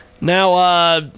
Now